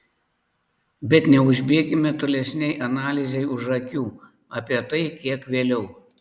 bet neužbėkime tolesnei analizei už akių apie tai kiek vėliau